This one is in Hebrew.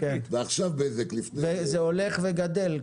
זה הולך וגדל.